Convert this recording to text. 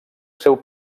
seu